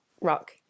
rock